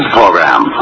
program